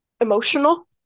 emotional